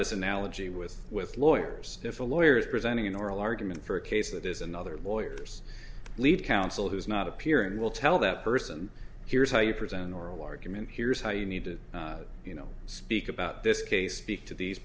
this analogy with with lawyers if a lawyer is presenting an oral argument for a case that is another lawyers lead counsel who is not appearing will tell that person here's how you present an oral argument here's how you need to you know speak about this case speak to these